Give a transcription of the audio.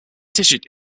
digit